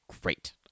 Great